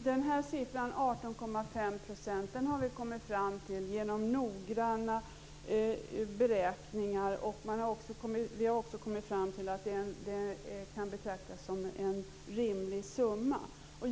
Fru talman! Procentsatsen 18,5 % har vi kommit fram till efter att ha gjort noggranna beräkningar. Vi har också kommit fram till att den kan betraktas som en rimlig siffra.